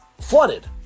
flooded